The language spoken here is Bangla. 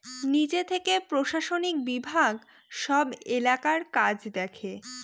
নিজে থেকে প্রশাসনিক বিভাগ সব এলাকার কাজ দেখে